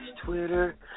Twitter